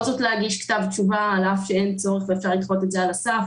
זאת להגיש כתב תשובה על אף שאין צורך ואפשר לדחות את זה על הסף.